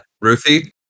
ruthie